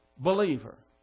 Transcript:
Believer